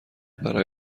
برای